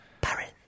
Paris